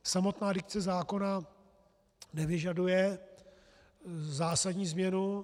Samotná dikce zákona nevyžaduje zásadní změnu.